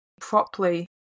properly